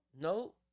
No